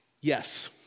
Yes